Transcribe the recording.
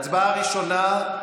ההצבעה הראשונה,